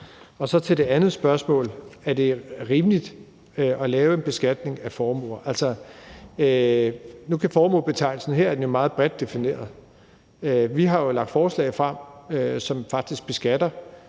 Så til det andet spørgsmål om, om det er rimeligt at lave en beskatning af formuer: Altså, nu er formuebetegnelsen jo meget bredt defineret her. Vi har lagt et forslag frem, som faktisk beskatter